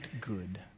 good